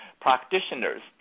practitioners